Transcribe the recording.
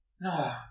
No